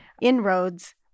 inroads